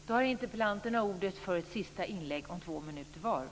Fru talman!